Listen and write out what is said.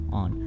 on